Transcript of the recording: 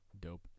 Dope